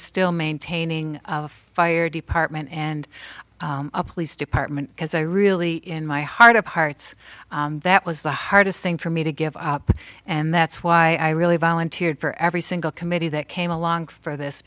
still maintaining the fire department and a police department because i really in my heart of hearts that was the hardest thing for me to give up and that's why i really volunteered for every single committee that came along for this